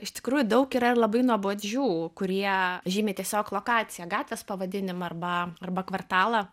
iš tikrųjų daug yra labai nuobodžių kurie žymi tiesiog lokaciją gatvės pavadinimą arba arba kvartalą